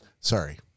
Sorry